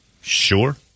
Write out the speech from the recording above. Sure